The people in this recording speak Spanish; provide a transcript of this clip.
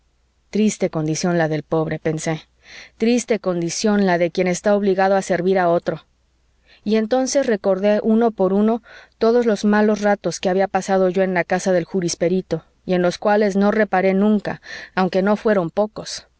triste condición la del pobre pensé triste condición la de quién está obligado a servir a otro y entonces recordé uno por uno todos los malos ratos que había pasado yo en la casa del jurisperito y en los cuales no reparé nunca aunque no fueron pocos